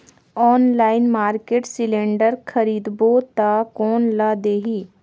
Online market cylinder खरीदबो ता कोन ला देही?